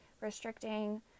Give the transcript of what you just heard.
restricting